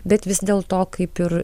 bet vis dėlto kaip ir